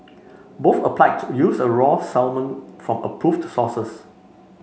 both applied to use a raw salmon from approved sources